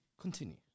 Continue